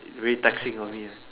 very taxing on me